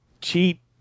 cheap